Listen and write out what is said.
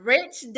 Rich